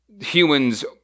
humans